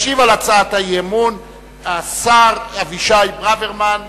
ישיב על הצעת האי-אמון השר אבישי ברוורמן,